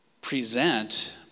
present